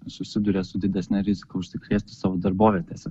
susiduria su didesne rizika užsikrėsti savo darbovietėse